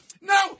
No